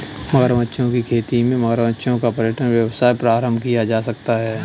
मगरमच्छों की खेती से मगरमच्छों का पर्यटन व्यवसाय प्रारंभ किया जा सकता है